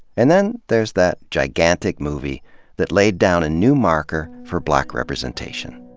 and then, there's that gigantic movie that laid down a new marker for black representation.